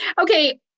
okay